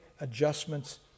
adjustments